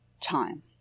time